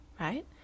Right